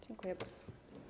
Dziękuję bardzo.